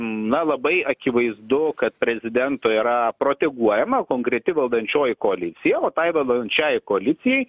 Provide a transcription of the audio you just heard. na labai akivaizdu kad prezidento yra proteguojama konkreti valdančioji koalicija o tai valdančiajai koalicijai